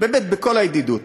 באמת בכל הידידות,